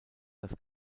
das